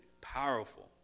powerful